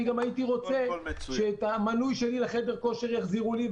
גם הייתי רוצה שאת המנוי שלי לחדר כושר יחזירו לי,